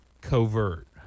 covert